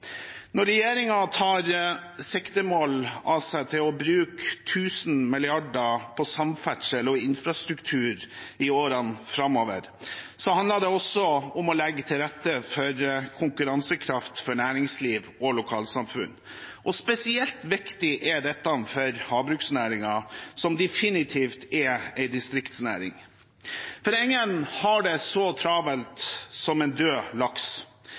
Når regjeringen har som siktemål å bruke 1 000 mrd. kr på samferdsel og infrastruktur i årene framover, handler det også om å legge til rette for konkurransekraft for næringsliv og lokalsamfunn. Spesielt viktig er dette for havbruksnæringen, som definitivt er en distriktsnæring, for ingen har det så travelt som en død laks.